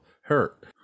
hurt